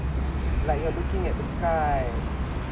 like you are looking at the sky